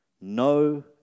no